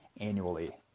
annually